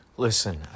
Listen